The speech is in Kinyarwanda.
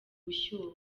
gushyuha